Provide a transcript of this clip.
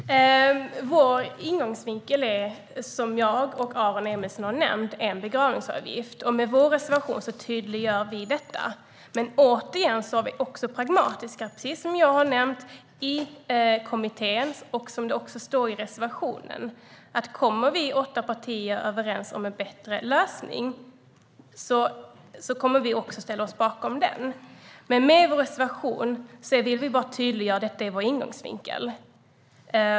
Herr talman! Vår ingångsvinkel är, som jag och Aron Emilsson har nämnt, en avgift som utformas som begravningsavgiften. Med vår reservation tydliggör vi detta. Men vi är också pragmatiska, precis som jag har tagit upp i kommittén och som det också står i reservationen. Kommer vi åtta partier överens om en bättre lösning kommer vi att ställa oss bakom den. Med vår reservation vill vi bara tydliggöra att detta är vår ingångsvinkel.